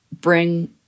bring